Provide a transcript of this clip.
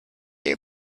you